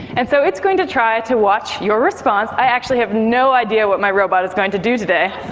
and so it's going to try to watch your response. i actually have no idea what my robot is going to do today.